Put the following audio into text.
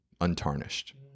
untarnished